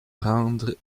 rendre